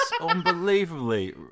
unbelievably